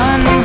One